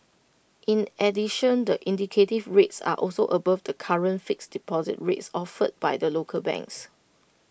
in addition the indicative rates are also above the current fixed deposit rates offered by the local banks